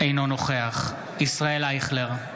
אינו נוכח ישראל אייכלר,